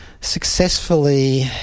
successfully